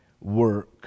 Work